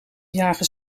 jager